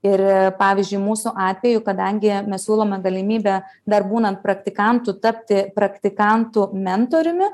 ir pavyzdžiui mūsų atveju kadangi mes siūlome galimybę dar būnant praktikantu tapti praktikantų mentoriumi